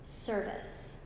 service